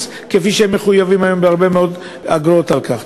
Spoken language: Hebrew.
כפי שהם מחויבים היום בהרבה מאוד אגרות על כך.